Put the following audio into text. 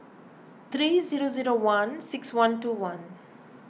three zero zero one six one two one